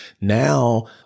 now